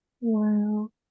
wow